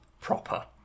proper